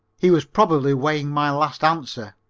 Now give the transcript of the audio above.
he was probably weighing my last answer.